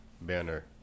banner